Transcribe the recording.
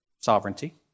sovereignty